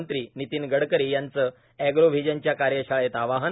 मंत्री नितीन गडकरी यांचं एग्रो व्हिजनच्या कार्यशाळेत आवाहन